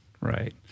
right